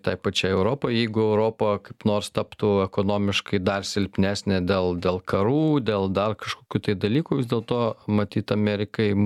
tai pačiai europai jeigu europa kaip nors taptų ekonomiškai dar silpnesnė dėl dėl karų dėl dar kažkokių tai dalykų vis dėlto matyt amerikai